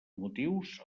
motius